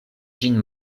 ĝin